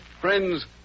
Friends